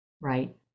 Right